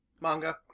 Manga